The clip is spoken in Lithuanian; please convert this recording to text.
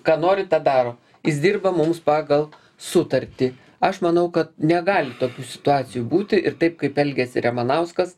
ką nori tą daro jis dirba mums pagal sutartį aš manau kad negali tokių situacijų būti ir taip kaip elgiasi ramanauskas